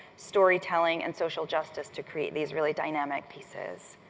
storytelling, and social justice to create these really dynamic pieces.